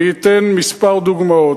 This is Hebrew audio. אני אתן כמה דוגמאות.